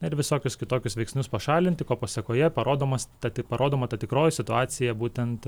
ir visokius kitokius veiksnius pašalinti ko pasekoje parodomas ta parodoma ta tikroji situacija būtent